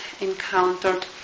encountered